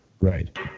Right